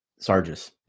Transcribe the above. Sargis